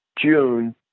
june